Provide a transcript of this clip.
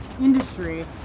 industry